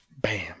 bam